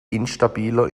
instabiler